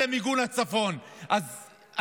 אנחנו לא עומדים בדרישות ואומרים: אדוני,